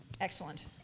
Excellent